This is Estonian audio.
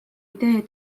idee